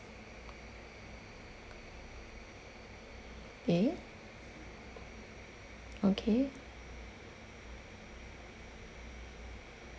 in okay